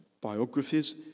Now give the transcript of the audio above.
biographies